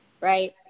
right